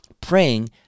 praying